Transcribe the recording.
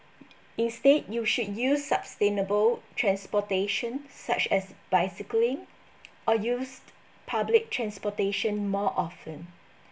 instead you should use sustainable transportation such as bicycling or use public transportation more often